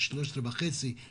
13.5 מיליון שקלים,